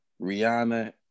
Rihanna